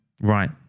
Right